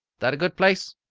that a good place?